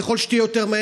ככל שתהיה יותר מהר,